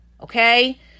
okay